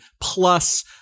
Plus